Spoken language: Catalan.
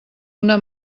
una